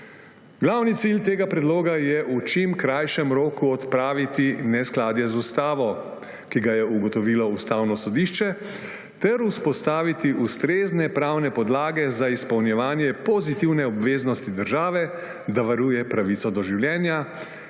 Glavni cilj tega predloga je v čim krajšem roku odpraviti neskladje z ustavo, ki ga je ugotovilo Ustavno sodišče, ter vzpostaviti ustrezne pravne podlage za izpolnjevanje pozitivne obveznosti države, da varuje pravico do življenja,